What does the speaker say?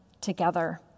together